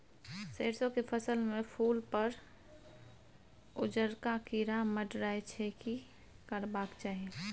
सरसो के फसल में फूल पर उजरका कीरा मंडराय छै की करबाक चाही?